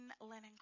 linen